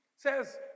says